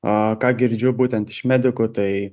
a ką girdžiu būtent iš medikų tai